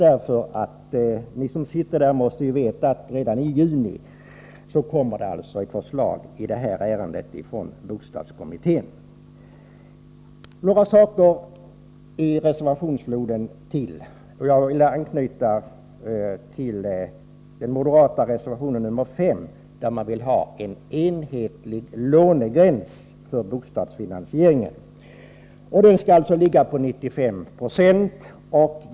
Ni som sitter i bostadskommittén måste ju veta att förslag i det här ärendet kommer redan i juni från bostadskommittén. Jag vill beröra ytterligare några saker i reservationsfloden. Jag vill anknyta till den moderata reservationen nr 5, där moderaterna vill ha en enhetlig lånegräns för bostadsfinansieringen. Gränsen skall alltså ligga på 95 20.